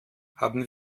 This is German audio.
haben